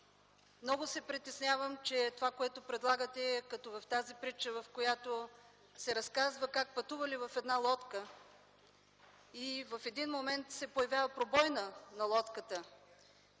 Много се притеснявам, че това, което предлагате, е като в тази притча, в която се разказва как пътували в една лодка и в един момент в нея се проявява пробойна. Лодката